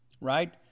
right